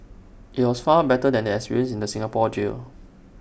IT was far better than the experience in the Singapore jail